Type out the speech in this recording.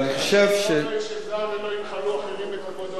לא ישב זר ולא ינחלו אחרים את כבודו,